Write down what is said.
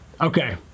Okay